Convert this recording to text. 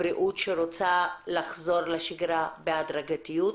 הבריאות שרוצה לחזור לשגרה בהדרגתיות,